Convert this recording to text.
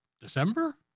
December